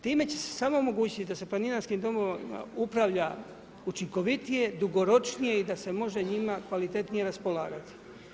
Time će se samo omogućiti da se planinarskim domovima upravlja učinkovitije, dugoročnije i da se može njima kvalitetnije raspolagati.